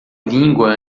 língua